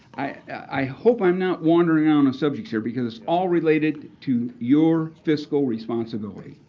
i hope i'm not wandering on subject here because it's all related to your fiscal responsibility.